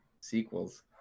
sequels